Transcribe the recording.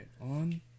On –